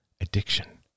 addiction